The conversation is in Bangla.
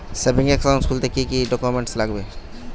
সেভিংস একাউন্ট খুলতে কি কি ডকুমেন্টস লাগবে?